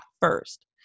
first